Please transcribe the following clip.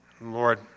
Lord